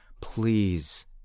please